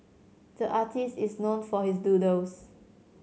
the artist is known for his doodles